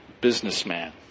businessman